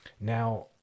Now